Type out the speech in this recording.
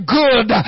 good